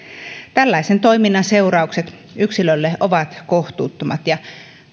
tällaisen toiminnan seuraukset yksilölle ovat kohtuuttomat ja